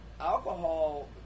Alcohol